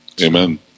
Amen